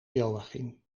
joachim